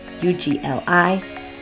u-g-l-i